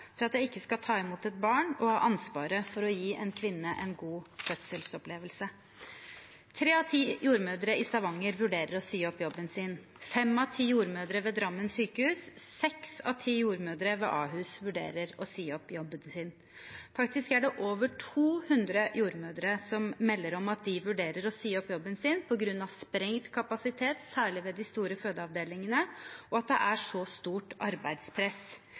for at jeg ikke skal ta imot et barn og ha ansvaret for å gi en kvinne en god fødselsopplevelse. Tre av ti jordmødre i Stavanger vurderer å si opp jobben sin. Fem av ti jordmødre ved Drammen sykehus og seks av ti jordmødre ved Ahus vurderer å si opp jobben sin. Faktisk er det over 200 jordmødre som melder om at de vurderer å si opp jobben sin på grunn av sprengt kapasitet, særlig ved de store fødeavdelingene, og at det er så stort arbeidspress.